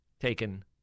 taken